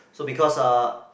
so because uh